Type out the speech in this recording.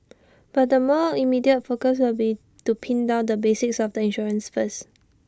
but the more immediate focus will be to pin down the basics of the insurance first